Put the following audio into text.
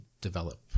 develop